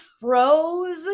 froze